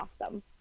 awesome